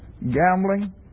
gambling